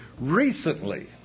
Recently